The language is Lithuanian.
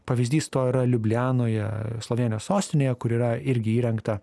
pavyzdys to yra liublianoje slovėnijos sostinėje kur yra irgi įrengta